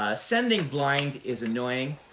ah sending blind is annoying,